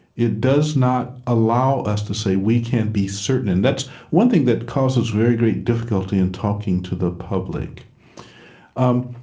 it does not allow us to say we can be certain, and that's one thing that causes very great difficulty in talking to the public um,